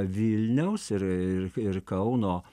vilniaus ir ir kauno